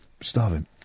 starving